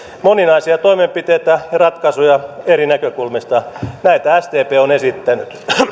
moninaisia toimenpiteitä ja ratkaisuja eri näkökulmista näitä sdp on esittänyt